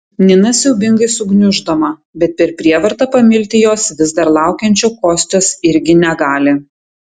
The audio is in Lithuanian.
nina siaubingai sugniuždoma bet per prievartą pamilti jos vis dar laukiančio kostios irgi negali